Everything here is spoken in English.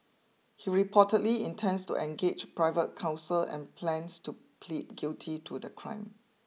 he reportedly intends to engage private counsel and plans to plead guilty to the crime